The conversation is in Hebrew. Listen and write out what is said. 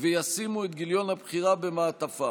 וישימו את גיליון הבחירה במעטפה.